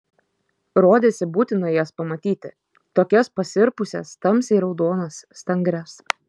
rodėsi būtina jas pamatyti tokias prisirpusias tamsiai raudonas stangrias